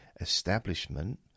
establishment